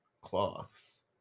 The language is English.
Cloths